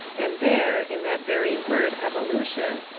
and there, in that very word evolution,